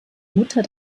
mutter